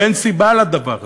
ואין סיבה לדבר הזה.